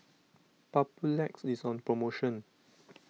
Papulex is on promotion